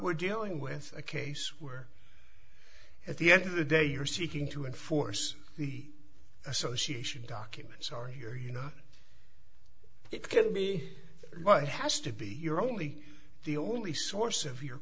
we're dealing with a case where at the end of the day you are seeking to enforce the association documents or here you know it killed me but it has to be your only the only source of your